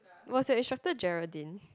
was the instructor Geraldine